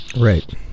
Right